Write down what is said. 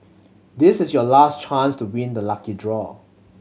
this is your last chance to being the lucky draw